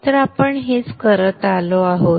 तर आपण हेच करत आलो आहोत